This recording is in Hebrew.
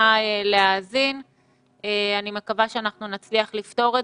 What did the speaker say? במאי, כשהיינו צריכים לרדת